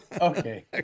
Okay